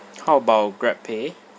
how about Grabpay